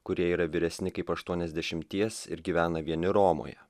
kurie yra vyresni kaip aštuoniasdešimties ir gyvena vieni romoje